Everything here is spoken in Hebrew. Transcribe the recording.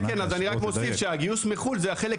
כן אני רק מוסיף שהגיוס מחו"ל זה החלק